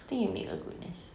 I think you will make a good nurse